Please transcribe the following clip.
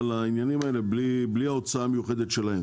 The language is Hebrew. לעניינים האלה בלי הוצאה מיוחדת שלהם.